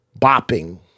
bopping